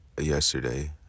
yesterday